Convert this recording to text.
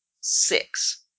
six